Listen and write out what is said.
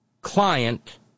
client